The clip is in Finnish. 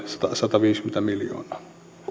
sataviisikymmentä miljoonaa